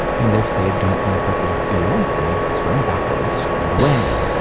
and if they don't like what they feel, and they swim backwards and away.